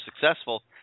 successful